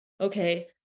okay